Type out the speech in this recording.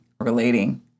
relating